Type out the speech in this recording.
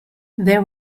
there